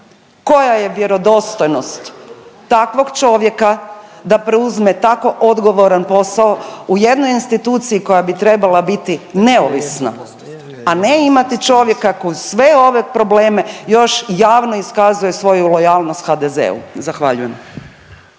koja je vjerodostojnost takvog čovjeka da preuzme tako odgovoran posao u jednoj instituciji koja bi trebala biti neovisna, a ne imati čovjeka koji uz sve ove probleme još javno iskazuje svoju lojalnost HDZ-u. Zahvaljujem.